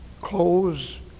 clothes